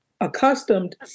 accustomed